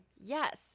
Yes